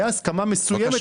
הייתה הסכמה מסוימת,